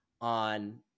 on